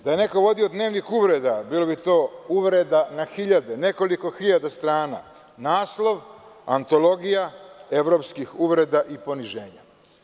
Da je neko vodio dnevnik uvreda, bilo bi to uvreda na hiljade, nekoliko hiljada strana, naslov – Antologija evropskih uvreda i poniženja.